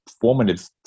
formative